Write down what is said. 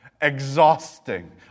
Exhausting